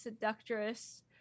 seductress